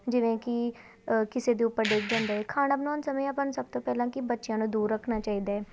ਜਿਵੇਂ ਕਿ ਕਿਸੇ ਦੇ ਉਪਰ ਡਿੱਗ ਜਾਂਦਾ ਹੈ ਖਾਣਾ ਬਣਾਉਣ ਸਮੇਂ ਆਪਾਂ ਨੂੰ ਸਭ ਤੋਂ ਪਹਿਲਾਂ ਕਿ ਬੱਚਿਆਂ ਨੂੰ ਦੂਰ ਰੱਖਣਾ ਚਾਹੀਦਾ ਹੈ